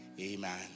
amen